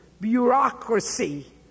bureaucracy